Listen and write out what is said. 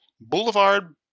Boulevard